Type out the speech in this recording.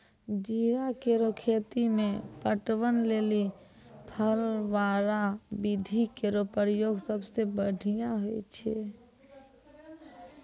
जीरा केरो खेती म पटवन लेलि फव्वारा विधि केरो प्रयोग सबसें बढ़ियां होय छै